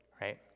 right